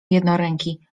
jednoręki